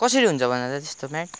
कसरी हुन्छ भन त त्यस्तो म्याट